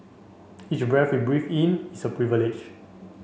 each breath we breathe in is a privilege